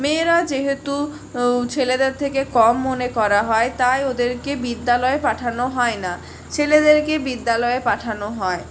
মেয়েরা যেহেতু ছেলেদের থেকে কম মনে করা হয় তাই ওদেরকে বিদ্যালয়ে পাঠানো হয় না ছেলেদেরকে বিদ্যালয়ে পাঠানো হয়